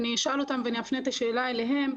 ואני אפנה את השאלה אליהם,